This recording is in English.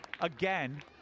Again